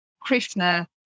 Krishna